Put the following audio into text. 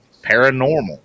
paranormal